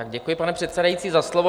Děkuji, pane předsedající, za slovo.